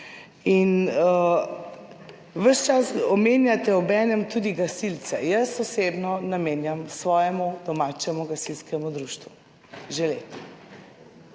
In ves čas omenjate obenem tudi gasilce. Jaz osebno namenjam svojemu domačemu gasilskemu društvu že leta